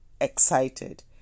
excited